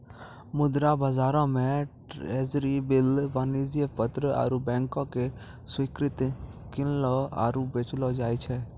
मुद्रा बजारो मे ट्रेजरी बिल, वाणिज्यक पत्र आरु बैंको के स्वीकृति किनलो आरु बेचलो जाय छै